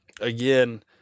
again